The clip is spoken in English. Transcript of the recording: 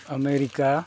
America